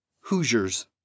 Hoosiers